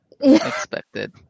expected